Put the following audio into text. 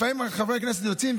לפעמים חברי הכנסת יוצאים,